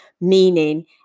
meaning